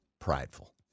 prideful